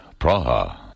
Praha